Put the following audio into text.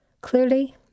Clearly